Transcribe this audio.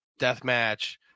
deathmatch